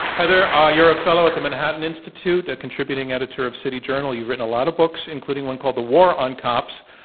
heather, ah you're a fellow at the manhattan institute, a contributing editor of city journal. you've written a lot of books, including one called the war on cops.